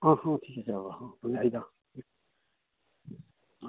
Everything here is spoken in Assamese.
অঁ অঁ ঠিক আছে হ'ব